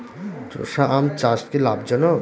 চোষা আম চাষ কি লাভজনক?